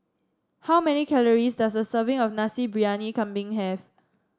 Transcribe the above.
how many calories does a serving of Nasi Briyani Kambing have